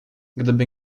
gdyby